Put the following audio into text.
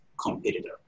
competitor